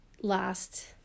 last